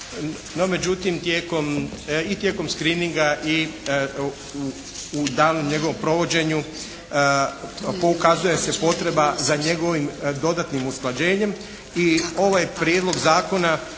međutim i tijekom screeninga i u daljnjem njegovom provođenju pokazuje se potreba za njegovim dodatnim usklađenjem i ovaj prijedlog zakona